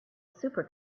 super